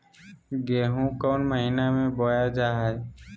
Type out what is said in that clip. गेहूँ कौन महीना में बोया जा हाय?